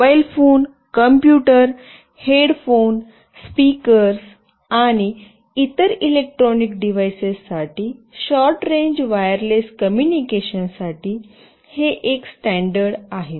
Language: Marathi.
mobile phone computer headphone speakers आणि इतर इलेक्ट्रॉनिक डिव्हाइसेस साठी शॉर्ट रेंज वायरलेस कम्युनिकेशनसाठी हे एक स्टॅंडर्ड आहे